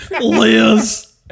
Liz